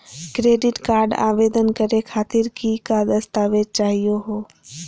Credit card आवेदन करे खातीर कि क दस्तावेज चाहीयो हो?